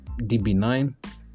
db9